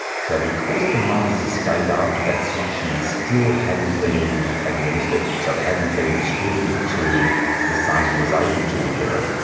so because the mother's estate after that six years still hadn't been administered, so it hadn't been distributed to the son who was able to inherit,